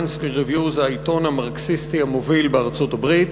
"Monthly Review" זה העיתון המרקסיסטי המוביל בארצות-הברית.